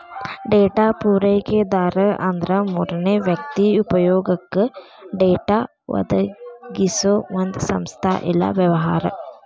data ಪೂರೈಕೆದಾರ ಅಂದ್ರ ಮೂರನೇ ವ್ಯಕ್ತಿ ಉಪಯೊಗಕ್ಕ ಡೇಟಾ ಒದಗಿಸೊ ಒಂದ್ ಸಂಸ್ಥಾ ಇಲ್ಲಾ ವ್ಯವಹಾರ